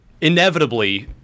inevitably